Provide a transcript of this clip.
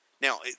Now